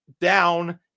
down